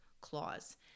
clause